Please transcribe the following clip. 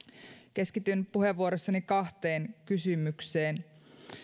keskityn puheenvuorossani kahteen kysymykseen